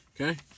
Okay